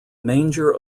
manger